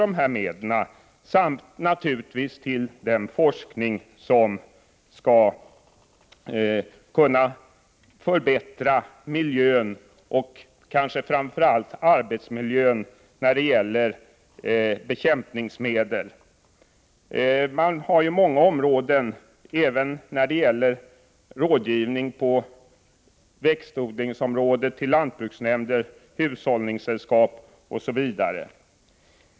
Detta gäller naturligtvis även forskningen som arbetar med att förbättra miljön, framför allt arbetsmiljön när det gäller bekämpningsmedel. Man har många områden när det gäller rådgivning på växtodlingsområdet — lantbruksnämnder, hushållningssällskap, m.fl.